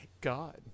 God